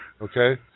Okay